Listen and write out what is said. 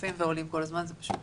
שצפים ועולים כל הזמן, זה פשוט